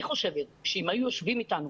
אני חושבת שאם היו יושבים איתנו,